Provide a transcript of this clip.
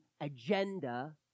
agenda